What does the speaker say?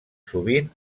sovint